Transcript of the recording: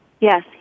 Yes